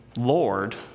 Lord